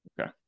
Okay